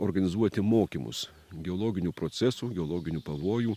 organizuoti mokymus geologinių procesų geologinių pavojų